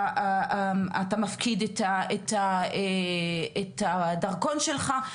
אתה מפקיד את הדרכון שלך.